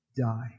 die